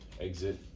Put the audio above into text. exit